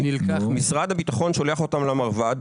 משרד הביטחון שולח אותם למרב"ד,